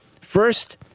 first